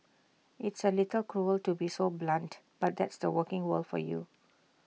it's A little cruel to be so blunt but that's the working world for you